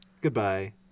goodbye